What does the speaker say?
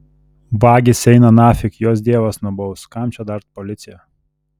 vagys eina nafig juos dievas nubaus kam čia dar policija